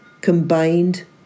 combined